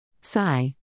Sigh